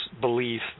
belief